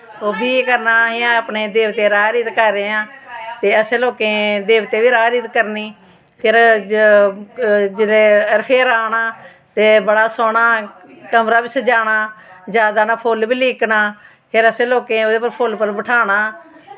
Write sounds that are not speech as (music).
ओह् बी करना असें अपने देवते राह् रीत करदे आं ते असें लोकें देवतें बी राह् रीत करनी फिर जिसलै रफेरा आना ते बड़ा सोह्ना कमरा बी सज़ाना (unintelligible) फुल्ल बी लीकना फिर असें लोकें ओह्दे पर फुल्ल फुल्ल पर बठाना